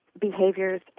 behaviors